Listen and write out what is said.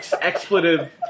expletive